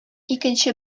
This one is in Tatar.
икенче